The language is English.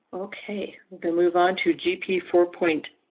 ok, we move on to g p four point.